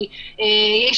זה גם היה שיקול שנלקח בחשבון.